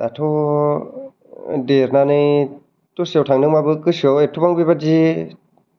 दाथ' देरनानै दस्रायाव थांदोंबाबो गोसोआव एथबां बेबायदि